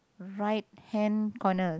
right hand corner